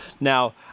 Now